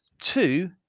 two